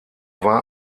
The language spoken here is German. war